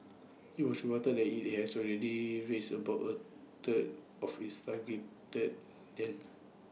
IT was reported that IT has already raised about A third of its target that then